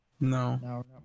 No